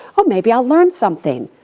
well maybe i'll learn something.